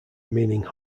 meaning